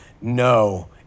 no